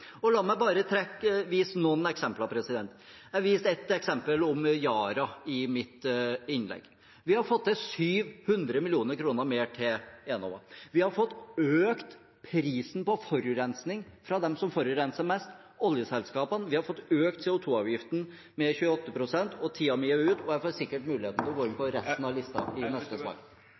La meg bare trekke fram noen eksempler: Jeg viste til et eksempel, om Yara, i innlegget mitt. Vi har fått til 700 mill. kr mer til Enova. Vi har fått økt prisen på forurensing for de som forurenser mest: oljeselskapene. Vi har fått økt CO 2 -avgiften med 28 pst. Tiden min er ute, men jeg får sikkert mulighet til å gå inn på resten av listen i neste